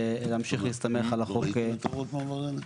להמשיך להסתמך על החוק --- לא ראיתם את הוראות המעבר האלה?